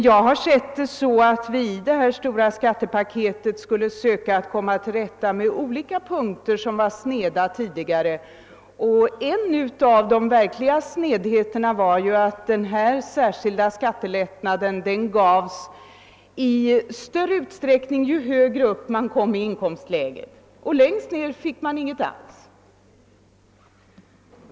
Jag har emellertid sett frågan så att vi i det stora skattepaketet skulle söka komma till rätta med snedheter på olika punkter. En av de verkliga snedheterna var ju att den särskilda skattelättnaden blev större ju högre upp man kom i inkomstläge. Längst ned fick man inget alls.